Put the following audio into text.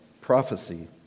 prophecy